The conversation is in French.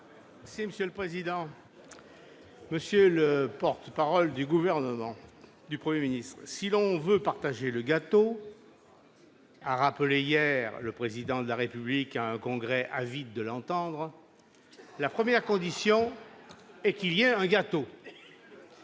citoyen et écologiste. Monsieur le porte-parole du Gouvernement, « Si l'on veut partager le gâteau », a rappelé hier le Président de la République à un Congrès avide de l'entendre, la première condition est qu'il y ait un gâteau.